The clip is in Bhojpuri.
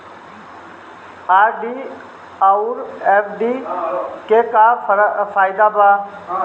आर.डी आउर एफ.डी के का फायदा बा?